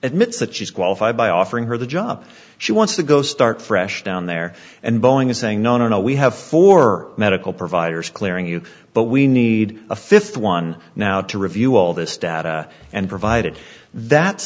admits that she's qualified by offering her the job she wants to go start fresh down there and boeing is saying no no no we have four medical providers clearing you but we need a fifth one now to review all this data and provided that